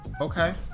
Okay